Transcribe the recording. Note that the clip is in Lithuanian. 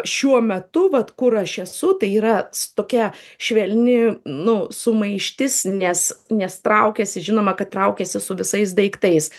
šiuo metu vat kur aš esu tai yra tokia švelni nu sumaištis nes nes traukiasi žinoma kad traukiasi su visais daiktais